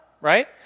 Right